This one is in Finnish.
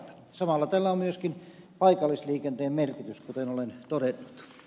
samalla tällä on myöskin paikallisliikenteellinen merkitys kuten olen todennut